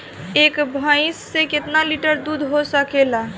एक भइस से कितना लिटर दूध हो सकेला?